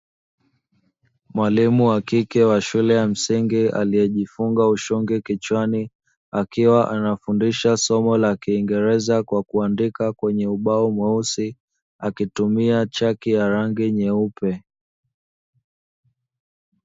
Mwalimu wakike wa shule ya msingi aliyejifunga ushungi kichwani, akiwa anafundisha somo la kiingereza kwa kuandika kwenye ubao mweusi akitumia chaki ya rangi nyeupe.